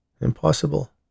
Impossible